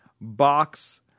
Box